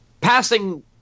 passing